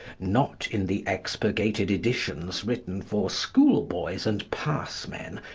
not in the expurgated editions written for school-boys and passmen,